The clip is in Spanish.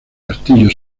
castillo